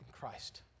Christ